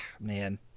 man